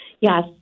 Yes